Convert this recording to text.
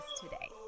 today